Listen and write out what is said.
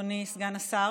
אדוני סגן השר.